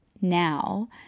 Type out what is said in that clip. now